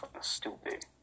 stupid